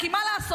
כי מה לעשות,